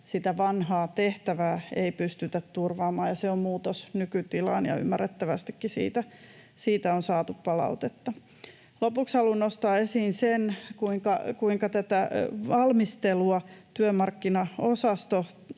että vanhaa tehtävää ei pystytä turvaamaan, ja se on muutos nykytilaan, ja ymmärrettävästikin siitä on saatu palautetta. Lopuksi haluan nostaa esiin, kuinka tätä valmistelua työmarkkinaosasto